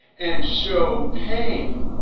and show pane,